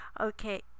Okay